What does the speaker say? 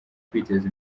kwiteza